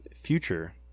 future